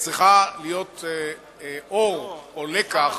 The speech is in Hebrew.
צריכה להיות אור או לקח